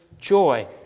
joy